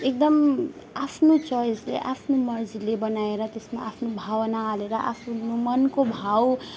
एकदम आफ्नो चोइसले आफ्नो मर्जीले बनाएर त्यसमा आफ्नो भावना हालेर आफ्नो मनको भाव